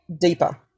deeper